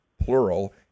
plural